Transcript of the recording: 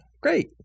great